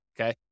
okay